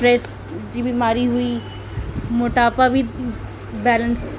stress जी बीमारी हुई मोटापा बि बैलेंस